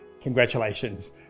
Congratulations